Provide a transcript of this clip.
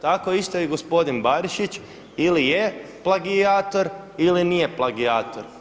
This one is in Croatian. Tako isto i gospodin Barišić ili je plagijator ili nije plagijator.